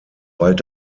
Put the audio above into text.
bald